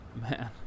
Man